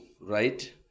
right